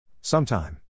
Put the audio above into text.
Sometime